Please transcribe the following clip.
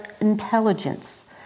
intelligence